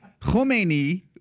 Khomeini